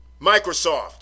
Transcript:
Microsoft